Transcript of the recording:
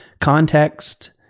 context